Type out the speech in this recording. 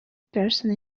person